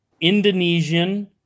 indonesian